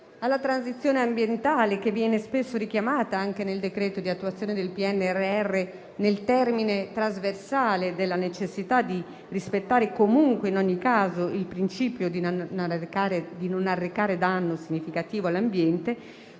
alla transizione ambientale, spesso richiamata anche nel decreto-legge di attuazione del PNRR in termini di necessità di rispettare comunque e in ogni caso il principio di non arrecare danno significativo all'ambiente